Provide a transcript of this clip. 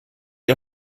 ihr